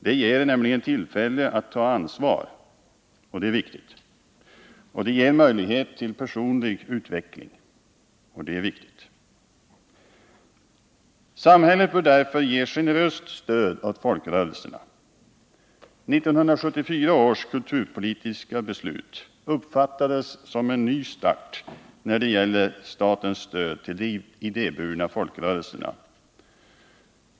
Det ger nämligen tillfälle att ta ansvar — och det är viktigt — och möjlighet till personlig utveckling, vilket också är väsentligt. Samhället bör därför ge generöst stöd åt folkrörelserna. 1974 års kulturpolitiska beslut uppfattades som en ny start när det gäller statens stöd till de idéburna folkrörelserna.